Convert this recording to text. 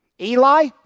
Eli